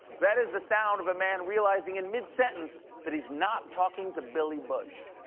that is the sound of a man realizing in mid-sentence that he's not talking to billy bush.